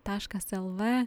taškas el vė